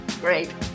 Great